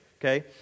okay